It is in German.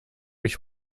mich